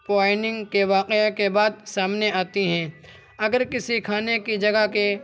poisoning کے واقعے کے بعد سامنے آتی ہیں اگر کسی کھانے کی جگہ کے